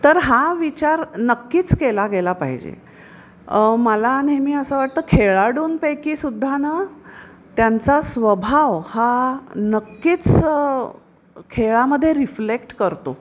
तर हा विचार नक्कीच केला गेला पाहिजे मला नेहमी असं वाटतं खेळाडूंपैकी सुद्धा न त्यांचा स्वभाव हा नक्कीच खेळामध्ये रिफ्लेक्ट करतो